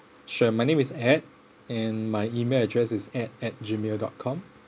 sure my name is ed and my email address is ed at gmail dot com